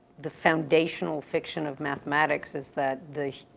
the foundational fiction of mathematics is that the